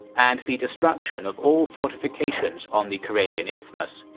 and the destruction of all fortifications on the karelian isthmus.